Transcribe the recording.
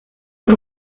und